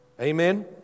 Amen